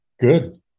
good